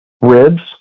ribs